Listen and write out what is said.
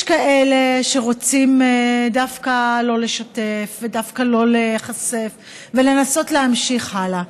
יש כאלה שרוצים דווקא לא לשתף ודווקא לא להיחשף ולנסות להמשיך הלאה,